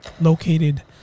located